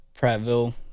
Prattville